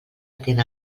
atent